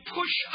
push